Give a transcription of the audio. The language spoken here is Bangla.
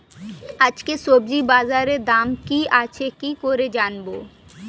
আজকে সবজি বাজারে দাম কি আছে কি করে জানবো?